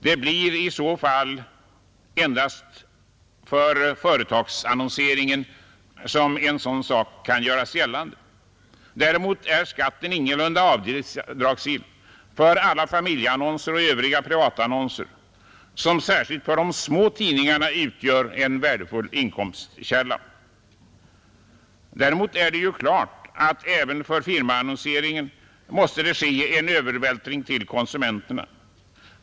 Det blir i så fall endast för företagsannonseringen som en sådan sak kan göras gällande. Däremot är skatten inte avdragsgill för alla familjeannonser och övriga privatannonser, vilka särskilt för de små tidningarna utgör en värdefull inkomstkälla. Däremot är det klart att det även för firmaannonseringen måste ske en övervältring på konsumenterna.